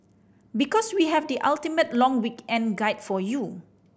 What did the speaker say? because we have the ultimate long weekend guide for you